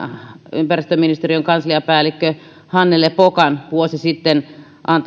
ympäristöministeriön kansliapäällikkö hannele pokan vuosi sitten